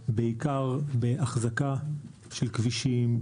בעיקר באחזקה של כבישים,